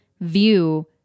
view